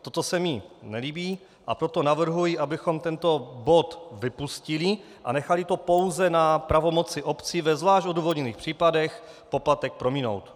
Toto se mi nelíbí, a proto navrhuji, abychom tento bod vypustili a nechali to pouze na pravomoci obcí ve zvlášť odůvodněných případech poplatek prominout.